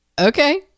okay